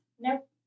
Nope